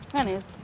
and is